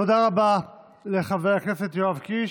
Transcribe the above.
תודה רבה לחבר הכנסת יואב קיש,